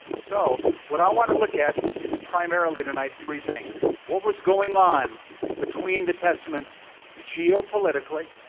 so what i want to look at is primarily tonight three things. what was going on between the testaments geopolitically,